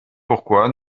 pourquoi